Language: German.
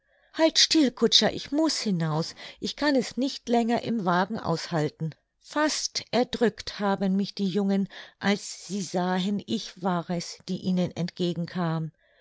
halt still kutscher ich muß hinaus ich kann es nicht länger im wagen aushalten fast erdrückt haben mich die jungen als sie sahen ich war es die ihnen entgegen